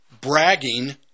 bragging